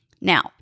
Now